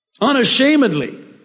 unashamedly